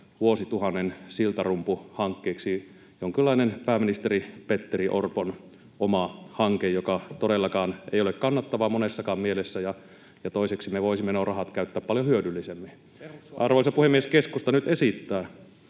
vuosituhannen siltarumpuhankkeeksi — jonkinlainen pääministeri Petteri Orpon oma hanke, joka todellakaan ei ole kannattava monessakaan mielessä, ja toiseksi me voisimme nuo rahat käyttää paljon hyödyllisemmin. Arvoisa puhemies! Keskusta nyt esittää,